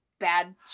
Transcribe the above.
bad